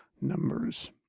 numbers